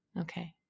okay